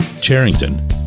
Charrington